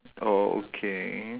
oh okay